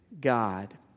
God